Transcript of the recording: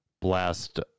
blast